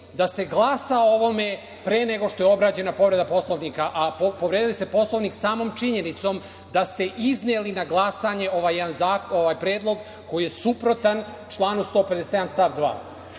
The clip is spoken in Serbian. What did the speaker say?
da se glasa o ovome pre nego što je obrađena povreda Poslovnika. A, povredili ste Poslovnik samom činjenicom da ste izneli na glasanje ovaj predlog koji je suprotan članu 157. stav 2.